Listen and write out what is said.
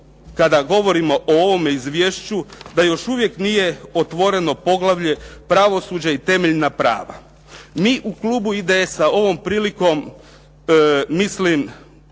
kada govorimo o ovome izvješću da još uvijek nije otvoreno Poglavlje – pravosuđe i temeljna prava. Mi u klubu IDS-a ovom prilikom mislim